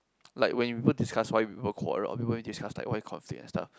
like when people discuss why people quarrel or people discuss like why you and stuff